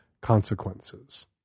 consequences